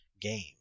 game